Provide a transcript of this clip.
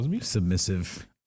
submissive